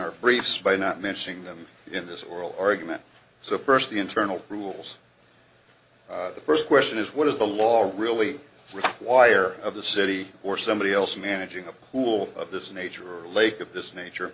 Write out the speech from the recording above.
briefs by not mentioning them in this oral argument so first the internal rules the first question is what is the law really require of the city or somebody else managing a pool of this nature or lake of this nature